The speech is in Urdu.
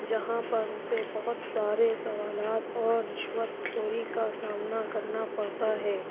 جہاں پر اسے بہت سارے سوالات اور رشوت خوری کا سامنا کرنا پڑتا ہے